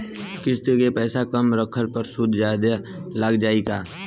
किश्त के पैसा कम रखला पर सूद जादे लाग जायी का?